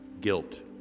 guilt